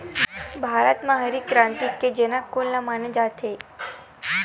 भारत मा हरित क्रांति के जनक कोन ला माने जाथे?